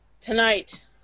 tonight